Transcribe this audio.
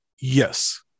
yes